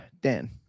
Dan